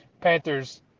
Panthers